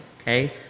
okay